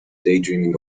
daydreaming